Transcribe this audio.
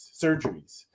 surgeries